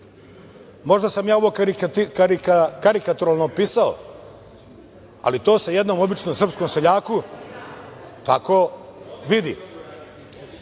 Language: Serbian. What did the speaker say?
možda sam ja ovo karikaturno napisao, ali to je jednom običnom Srpskom seljaku tako